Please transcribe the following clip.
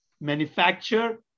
manufacture